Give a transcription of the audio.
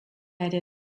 ere